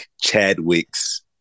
Chadwick's